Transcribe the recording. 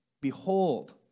Behold